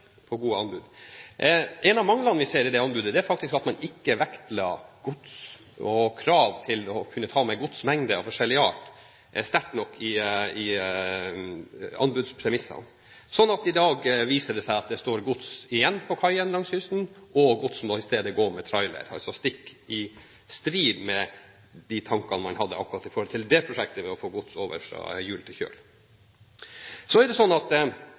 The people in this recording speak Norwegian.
En av manglene vi ser i det anbudet, er faktisk at man ikke vektla gods og krav til å kunne ta med godsmengder av forskjellig art sterkt nok i anbudspremissene. Så i dag viser det seg at det står gods igjen på kaiene langs kysten, og godset må i stedet gå med trailer – stikk i strid med de tankene man hadde akkurat i forbindelse med det prosjektet med å få gods over fra hjul til kjøl. Så er det